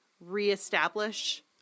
reestablish